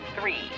three